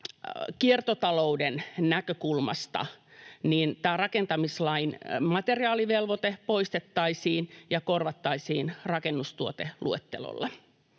kiertotalouden näkökulmasta sitä, että tämä rakentamislain materiaalivelvoite poistettaisiin ja korvattaisiin rakennustuoteluettelolla,